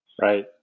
Right